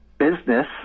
business